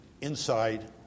inside